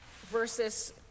versus